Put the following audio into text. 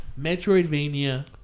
Metroidvania